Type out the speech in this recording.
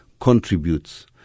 contributes